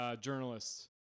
journalists